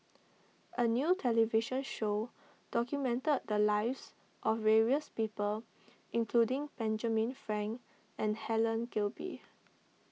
a new television show documented the lives of various people including Benjamin Frank and Helen Gilbey